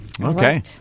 Okay